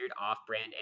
off-brand